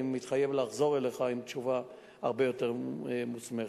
אני מתחייב לחזור אליך עם תשובה הרבה יותר מוסמכת.